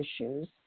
issues